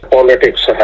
Politics